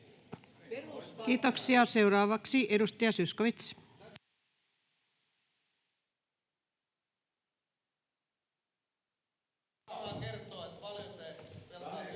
Kiitoksia. — Seuraavaksi edustaja Zyskowicz.